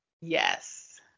Yes